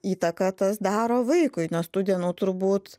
įtaką tas daro vaikui nes tų dienų turbūt